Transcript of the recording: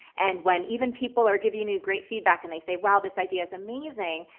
and when even people are giving you great feedback and they say, wow, this idea's amazing.